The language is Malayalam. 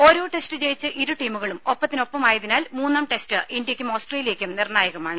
ഓരോ ടെസ്റ്റ് ജയിച്ച് ഇരു ടീമുകളും ഒപ്പത്തിനൊപ്പം ആയതിനാൽ മൂന്നാം ടെസ്റ്റ് ഇന്ത്യക്കും ഓസ്ട്രേലിയക്കും നിർണായകമാണ്